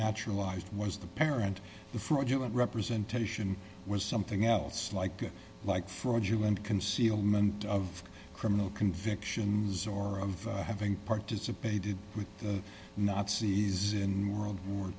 naturalized was the parent the fraudulent representation was something else like like fraudulent concealment of criminal convictions or of having participated with the nazis in world war